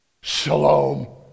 Shalom